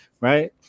Right